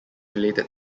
related